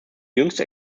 jüngste